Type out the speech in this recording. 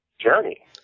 journey